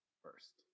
first